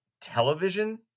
television